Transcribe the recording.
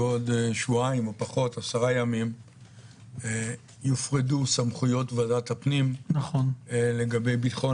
בעוד עשרה ימים יופרדו סמכויות ועדת הפנים לגבי ביטחון